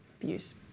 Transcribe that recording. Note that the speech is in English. views